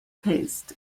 paste